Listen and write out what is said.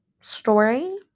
story